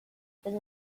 been